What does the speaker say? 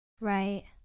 Right